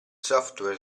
software